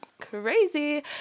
crazy